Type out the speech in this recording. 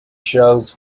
shows